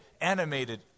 animated